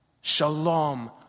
Shalom